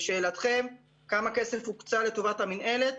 לשאלתכם: כמה כסף הוקצה לטובת המנהלת?